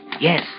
Yes